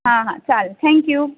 हां हां चालेल थँक्यू